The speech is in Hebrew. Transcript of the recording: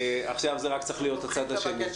עכשיו זה רק צריך להיות הצד השני.